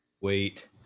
Wait